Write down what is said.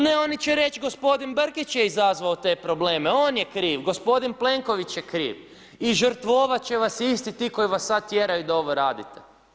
Ne, oni će reći gospodin Brkić je izazvao te probleme, on je kriv, gospodin Plenković je kriv i žrtvovati će vas isti ti koji vas sad tjeraju da ovo radite.